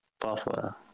Buffalo